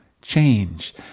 change